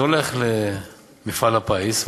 זה הולך למפעל הפיס,